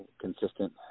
consistent